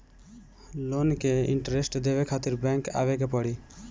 Loan के interest देवे खातिर बैंक आवे के पड़ी?